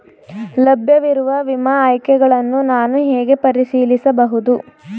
ಲಭ್ಯವಿರುವ ವಿಮಾ ಆಯ್ಕೆಗಳನ್ನು ನಾನು ಹೇಗೆ ಪರಿಶೀಲಿಸಬಹುದು?